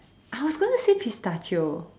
I was going to say pistachio